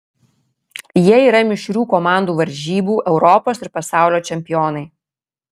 jie yra mišrių komandų varžybų europos ir pasaulio čempionai